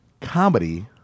comedy